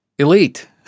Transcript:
Elite